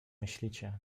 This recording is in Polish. myślicie